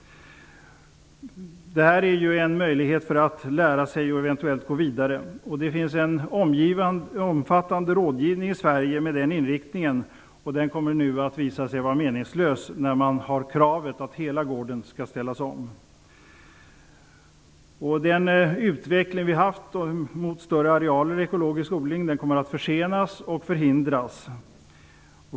Det är en möjlighet att lära sig och eventuellt gå vidare. Det finns en omfattande rådgivning i Sverige med den här inriktningen. Den kommer att visa sig vara meningslös när det finns ett krav på att hela gården skall ställas om. Den utveckling som vi har haft mot större arealer i ekologisk odling kommer att försenas och förhindras.